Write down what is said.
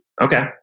Okay